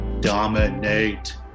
dominate